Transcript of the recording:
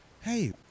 hey